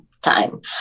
time